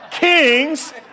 Kings